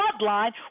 bloodline